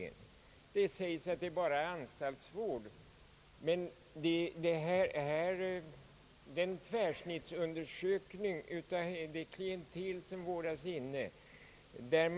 Det sägs att undersökningen bara gäller anstaltsvård, men det är också en tvärsnittsundersökning av det klientel som omhändertagits i sluten vård.